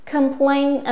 Complain